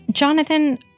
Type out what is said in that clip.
Jonathan